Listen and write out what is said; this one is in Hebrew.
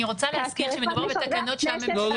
אני רוצה להזכיר שמדובר בתקנות שהממשלה --- לא,